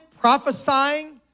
prophesying